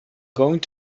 going